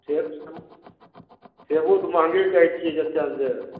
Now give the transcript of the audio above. सेब सेबो तऽ महगे कहै छियै जते ने जे